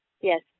Yes